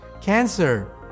cancer